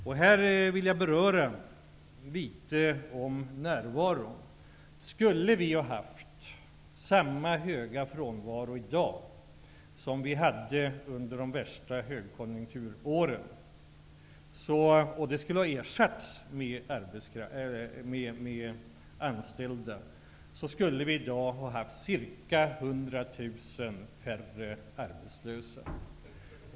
Jag vill här beröra närvaron något. Vi kan leka med tanken att vi i dag skulle ha samma höga frånvaro som vi hade under de värsta högkonjunkturåren. Om den frånvaron skulle ersättas med anställda skulle vi i dag ha ca 100 000 färre arbetslösa.